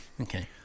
Okay